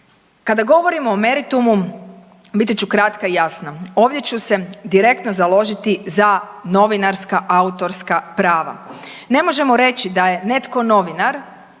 Kada govorimo o meritumu, biti ću kratka i jasna. Ovdje ću se direktno založiti za novinarska autorska prava. Ne možemo reći da je netko novinar